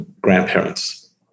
grandparents